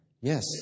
Yes